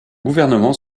gouvernement